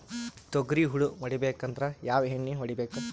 ತೊಗ್ರಿ ಹುಳ ಹೊಡಿಬೇಕಂದ್ರ ಯಾವ್ ಎಣ್ಣಿ ಹೊಡಿಬೇಕು?